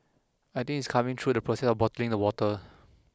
I think is coming through the process of bottling the water